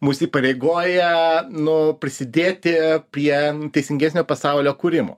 mus įpareigoja nu prisidėti prie teisingesnio pasaulio kūrimo